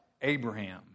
abraham